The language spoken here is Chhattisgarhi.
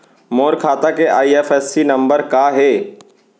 मोर खाता के आई.एफ.एस.सी नम्बर का हे?